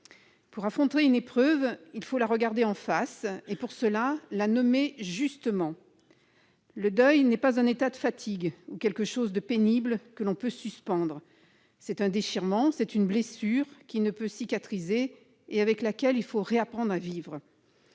Pour affronter une épreuve, il faut la regarder en face et, pour cela, la nommer justement. Le deuil n'est pas un état de fatigue ou quelque chose de pénible que l'on peut suspendre. C'est un déchirement, une blessure qui ne peut cicatriser et avec laquelle il faut réapprendre à vivre.